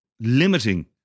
limiting